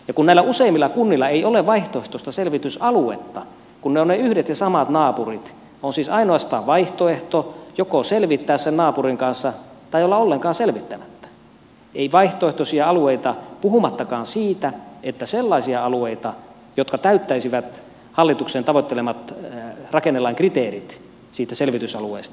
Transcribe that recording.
ja kun näillä useimmilla kunnilla ei ole vaihtoehtoista selvitysaluetta kun ne ovat ne yhdet ja samat naapurit on siis ainoastaan vaihtoehto joko selvittää sen naapurin kanssa tai olla ollenkaan selvittämättä ei vaihtoehtoisia alueita puhumattakaan siitä että sellaisia alueita jotka täyttäisivät hallituksen tavoittelemat rakennelain kriteerit siitä selvitysalueesta